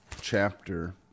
chapter